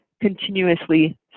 continuously